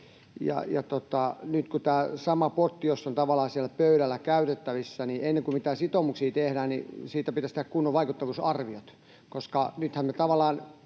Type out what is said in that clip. nyt jos tämä sama potti on tavallaan siellä pöydällä käytettävissä, niin ennen kuin mitään sitoumuksia tehdään, niin siitä pitäisi tehdä kunnon vaikuttavuusarviot, koska nythän voi